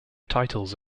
titles